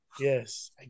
Yes